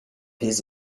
his